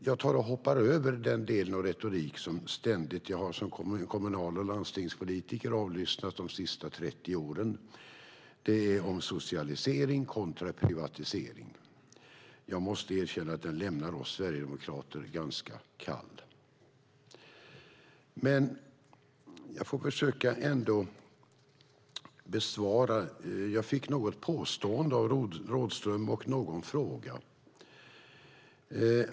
Jag hoppar över den delen av retoriken som jag som kommunal och landstingspolitiker ständigt har avlyssnat de senaste 30 åren. Det är om socialisering kontra privatisering. Jag måste erkänna att den lämnar oss sverigedemokrater ganska kalla. Jag fick något påstående och någon fråga av Rådhström.